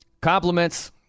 compliments